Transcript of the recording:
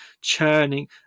churning